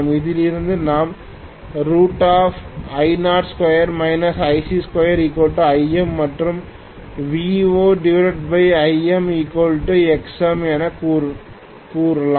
இதிலிருந்து நாம் I02 Ic2Im மற்றும் V0ImXm என்று கூறலாம்